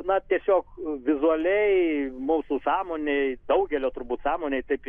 na tiesiog vizualiai mūsų sąmonėj daugelio turbūt sąmonėje taip